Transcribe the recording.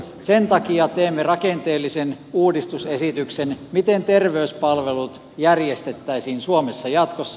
sen takia teemme rakenteellisen uudistusesityksen miten terveyspalvelut järjestettäisiin suomessa jatkossa